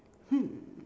hmm